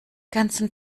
ganzen